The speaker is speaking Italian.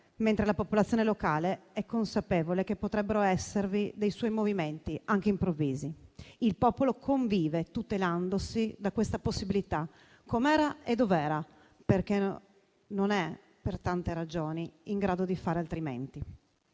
mentre la popolazione locale è consapevole che potrebbero esservi dei movimenti da parte sua anche improvvisi. Il popolo convive tutelandosi da questa eventualità com'era e dov'era, perché non è, per tante ragioni, in grado di fare altrimenti.